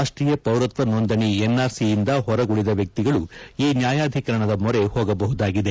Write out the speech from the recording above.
ರಾಷ್ಮೀಯ ಪೌರತ್ನ ನೋಂದಣೆ ಎನ್ಆರ್ಸಿ ಇಂದ ಹೊರಗುಳಿದ ವ್ಯಕ್ತಿಗಳು ಈ ನ್ಯಾಯಾಧೀಕರಣದ ಮೊರೆ ಹೋಗಬಹುದಾಗಿದೆ